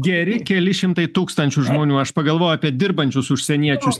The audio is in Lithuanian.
geri keli šimtai tūkstančių žmonių aš pagalvojau apie dirbančius užsieniečius